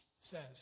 says